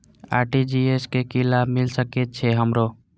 RTGS से की लाभ मिल सके छे हमरो?